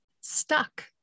stuck